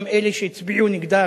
גם אלו שהצביעו נגדה,